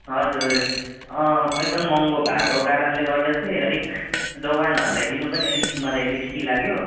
हजुर एकदम महँगो भएको कारणले गर्दा चाहिँ अलिक जवानहरूलाई दिनु पनि अलिक मलाई रिस्की लाग्यो